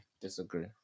Disagree